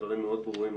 הדברים מאוד ברורים.